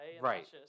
Right